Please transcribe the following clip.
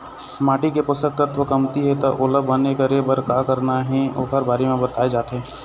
माटी म पोसक तत्व कमती हे त ओला बने करे बर का करना हे ओखर बारे म बताए जाथे